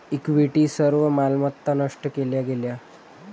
equity सर्व मालमत्ता नष्ट केल्या गेल्या